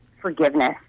forgiveness